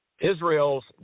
Israel's